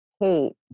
hate